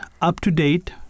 up-to-date